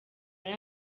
ari